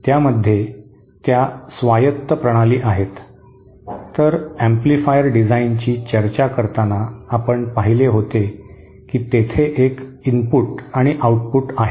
त्यामध्ये त्या स्वायत्त प्रणाली आहेत तर अॅम्प्लिफायर डिझाइनची चर्चा करताना आपण पाहिले होते की तेथे एक इनपुट आणि आउटपुट आहे